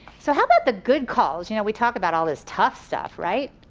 so how bout the good calls? you know we talk about all this tough stuff right.